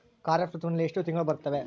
ಖಾರೇಫ್ ಋತುವಿನಲ್ಲಿ ಎಷ್ಟು ತಿಂಗಳು ಬರುತ್ತವೆ?